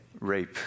Rape